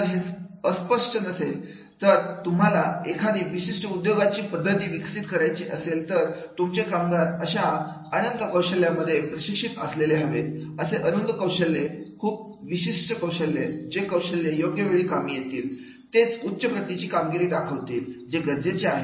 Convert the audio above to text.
तर हे अस्पष्ट नसेल सर तुम्हाला एखादी विशिष्ट उद्योगाची पद्धती विकसित करायची असेल तर तुमचे कामगार अशा अनंत कौशल्यांमध्ये प्रशिक्षित असलेले हवेत असे अरुंद कौशल्य खूप विशिष्ट कौशल्य जे कौशल्य योग्य वेळी कामी येतील तेच उच्चप्रतीची कामगिरी दाखवतील जे गरजेचे आहे